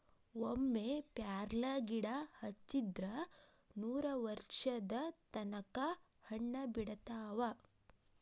ಒಮ್ಮೆ ಪ್ಯಾರ್ಲಗಿಡಾ ಹಚ್ಚಿದ್ರ ನೂರವರ್ಷದ ತನಕಾ ಹಣ್ಣ ಬಿಡತಾವ